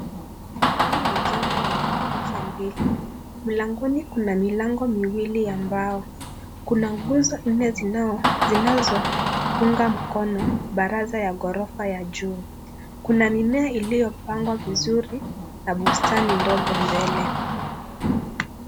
Hii ni jengo lenye ghorofa mbili. Mlangoni kuna milango miwili ya mbao. Kuna nguzo nne zinazounga mkono baraza ya ghorofa ya juu. Kuna mimea iliyopangwa vizuri na bustani ndogo mbele.